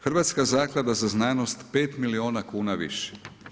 Hrvatska zaklada za znanost 5 milijuna kuna više.